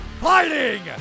fighting